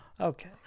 Okay